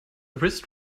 wrist